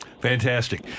Fantastic